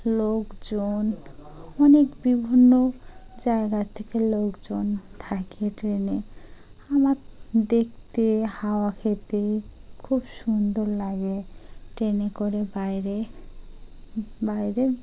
লোকজন অনেক বিভিন্ন জায়গা থেকে লোকজন থাকে ট্রেনে আমার দেখতে হাওয়া খেতে খুব সুন্দর লাগে ট্রেনে করে বাইরে বাইরের